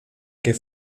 que